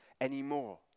anymore